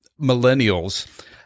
millennials